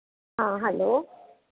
हाँ हेलो